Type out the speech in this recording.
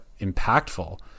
impactful